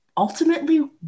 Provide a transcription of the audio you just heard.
Ultimately